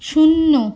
শূন্য